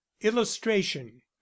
illustration